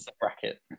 bracket